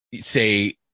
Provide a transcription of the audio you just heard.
say